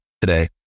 today